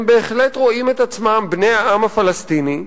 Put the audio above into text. הם בהחלט רואים את עצמם בני העם הפלסטיני,